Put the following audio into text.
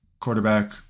quarterback